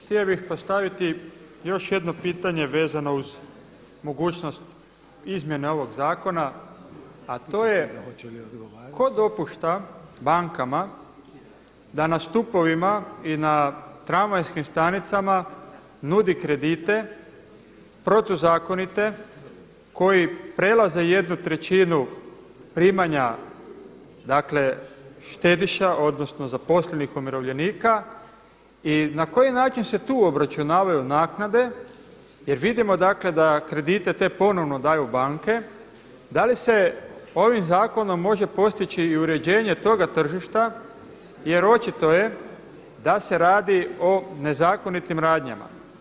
Htio bih postaviti još jedno pitanje vezano uz mogućnost izmjena ovog zakona a to je tko dopušta bankama da na stupovima i na tramvajskim stanicama nudi kredite protuzakonite koji prelaze jednu trećinu primanja, dakle štediša, odnosno zaposlenih umirovljenika i na koji način se tu obračunavaju naknade jer vidimo dakle da kredite te ponovno daju banke, da li se ovim zakonom može postići i uređenje toga tržišta jer očito je da se radio nezakonitim radnjama.